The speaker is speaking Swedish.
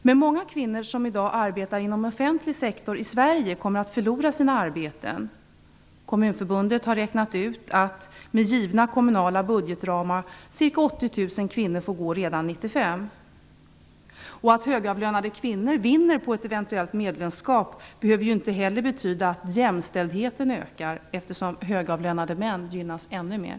Men många kvinnor som i dag arbetar inom den offentliga sektorn i Sverige kommer att förlora sina arbeten. Kommunförbundet har räknat ut att ca 80 000 kvinnor får gå redan 1995, med givna kommunala budgetramar. Att högavlönade kvinnor vinner på ett eventuellt medlemskap behöver inte heller betyda att jämställdheten ökar, eftersom högavlönade män gynnas ännu mer.